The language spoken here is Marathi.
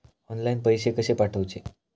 ऑनलाइन पैसे कशे पाठवचे?